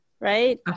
Right